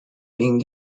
being